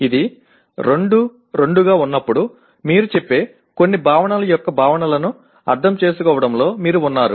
ఇది 2 2 ఉన్నప్పుడు మీరు చెప్పే కొన్ని భావనల యొక్క భావనలను అర్థం చేసుకోవడంలో మీరు ఉన్నారు